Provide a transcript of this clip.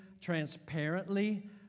transparently